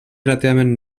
relativament